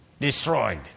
destroyed